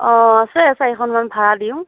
অ আছে চাৰিখনমান ভাড়া দিওঁ